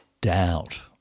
doubt